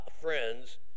friends